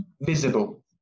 visible